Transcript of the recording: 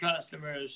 customers